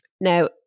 Now